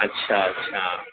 اچھا اچھا